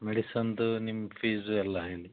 ಮೆಡಿಸನ್ದು ನಿಮ್ದು ಫೀಸು ಎಲ್ಲ ಹೇಳಿ